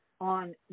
on